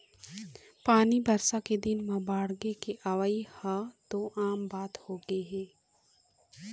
पानी बरसा के दिन म बाड़गे के अवइ ह तो आम बात होगे हे